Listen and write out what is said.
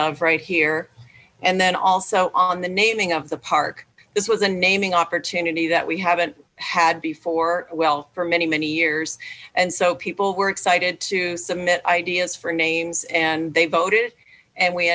of right here and then also on the naming of the park this was a naming opportunity that we haven't had before well for many many years and so people were excited to submit ideas for names and they voted and we